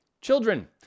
Children